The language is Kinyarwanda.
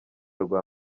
rwa